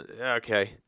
okay